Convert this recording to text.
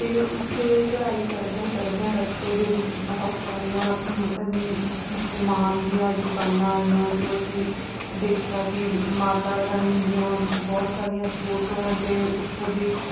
ਅਤੇ ਉੱਥੇ ਚੜ੍ਹਾਈ ਚੜ੍ਹਦਿਆਂ ਚੜ੍ਹਦਿਆਂ ਰਸਤੇ ਦੇ ਵਿੱਚ ਬਹੁਤ ਸਾਰੀਆਂ ਸਮਾਨ ਦੀਆਂ ਦੁਕਾਨਾਂ ਆਈਆਂ ਜੋ ਅਸੀਂ ਦੇਖਿਆ ਕਿ ਮਾਤਾ ਰਾਣੀ ਦੀਆਂ ਬਹੁਤ ਸਾਰੀਆਂ ਫੋਟੋਆਂ ਅਤੇ ਉੱਥੋਂ ਦੀ